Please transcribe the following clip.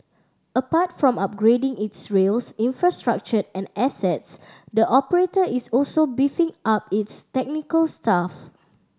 apart from upgrading its rail infrastructure and assets the operator is also beefing up its technical staff